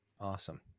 Awesome